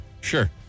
Sure